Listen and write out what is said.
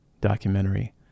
documentary